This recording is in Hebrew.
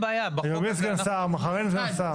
היום יש סגן שר, מחר אין סגן שר.